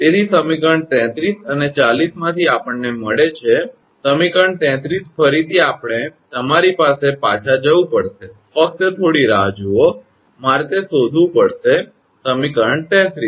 તેથી સમીકરણ 33 અને 40 માંથી આપણને મળે છે સમીકરણ 33 ફરીથી આપણે તમારી પાસે પાછા જવું પડશે ફકત થોડી રાહ જુઓ મારે તે શોધવું પડશે સમીકરણ 33